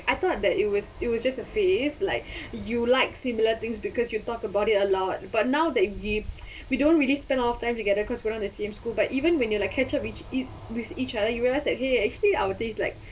I thought that it was it was just a phase like you like similar things because you talk about it a lot but now that we we don't really spend of them together because we're not in the same school but even when you catch up with each other you realize that !hey! actually our taste like